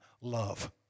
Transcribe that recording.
love